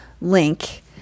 link